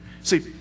See